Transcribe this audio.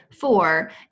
four